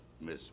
Miss